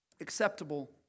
acceptable